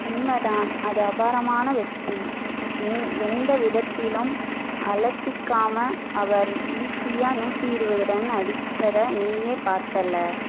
உண்மைதான் அது அபாரமான வெற்றி எந்த விதத்திலும் அலட்டிக்காமல் அவர் ஈஸியாக நூற்றி இருபது ரன் அடித்ததை நீயே பார்த்தல